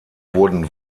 wurden